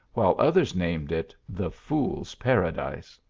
while others named it the fool s paradise.